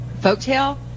Folktale